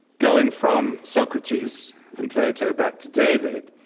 going from socrates and plato back to david,